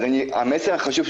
אז המסר החשוב,